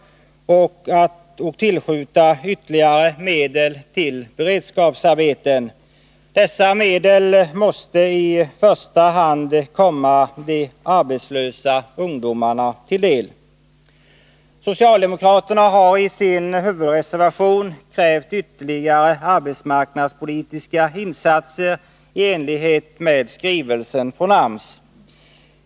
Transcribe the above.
Dessa medel måste i första hand komma de arbetslösa ungdomarna till del. Socialdemokraterna har i sin huvudreservation krävt ytterligare arbetsmarknadspolitiska insatser i enlighet med skrivelsen från AMS.